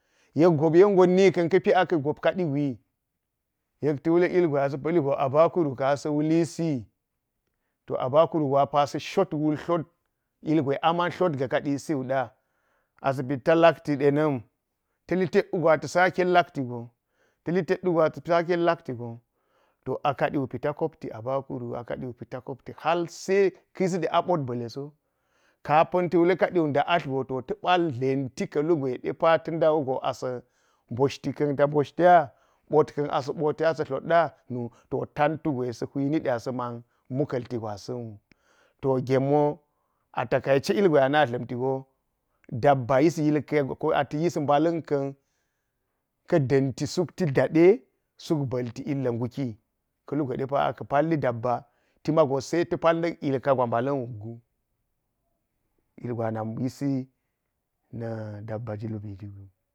Yek gop yen gon tet di na ka̱n asa gop kaɗi wi yek ta̱ wule ngwe abakuru ka̱n asa wulisi. To a bakuru go a sa̱ shot wul tlot ilgwe a man tlot ga̱ kadi wu ɗa to apa sa̱ shot a sa̱ pi to lakli ɗe na̱m ta̱ li tet wugo ata sa kol lat gon ta̱ litet wugo atz. Sa ket talati gon. To a kadi wu pita kopti abakuru wum, “halse ka̱” yisi ɗe atlot ba̱le so halse ta̱ balti mboshti ka̱n sa mboshti wa bot sa ɓoti ta̱ da atl wu go a tlo ti wa to tantu gwe asa̱ koḇi a sa̱ ma̱n ma̱ka̱lti gwasa̱n wu. To ngenwo a takaise ilgwe a na dlamti gon dabba ata̱ yis mba̱lan ka̱n ka̱ da̱nti daɗe sut danti ba̱lti ilga̱ gnuki, ka̱lu gwe aka̱ palti dabba se ta̱ pallila na̱k yilka gwa mbalanwukgu ilgwe anak yisi na dabba wu gu.